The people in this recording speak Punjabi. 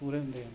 ਪੂਰੇ ਹੁੰਦੇ ਆ